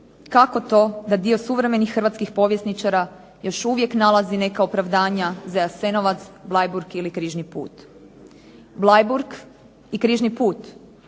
kako to da dio suvremenih hrvatskih povjesničara još uvijek nalazi nekakva opravdanja za Jasenovac, Bleiburg ili Križni put. Bleiburg i Križni put